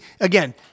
again